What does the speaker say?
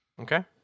Okay